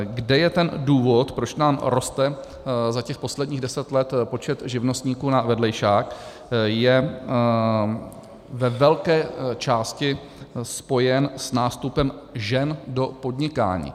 Kde je ten důvod, proč nám roste za těch posledních deset let počet živnostníků na vedlejšák, je ve velké části spojen s nástupem žen do podnikání.